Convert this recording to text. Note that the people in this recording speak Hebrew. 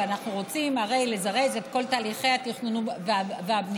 והרי אנחנו רוצים לזרז את כל תהליכי התכנון והבנייה.